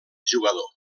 jugador